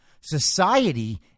Society